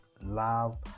love